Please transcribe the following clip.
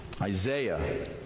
Isaiah